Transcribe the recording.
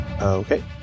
okay